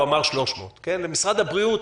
הוא אמר: 300. למשרד הבריאות,